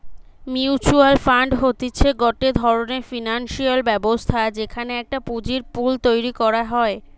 mutual fund হতিছে গটে ধরণের ফিনান্সিয়াল ব্যবস্থা যেখানে একটা পুঁজির পুল তৈরী করা হয়